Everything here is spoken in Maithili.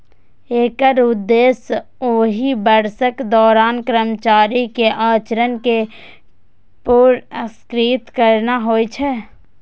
एकर उद्देश्य ओहि वर्षक दौरान कर्मचारी के आचरण कें पुरस्कृत करना होइ छै